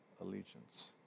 allegiance